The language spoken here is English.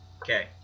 Okay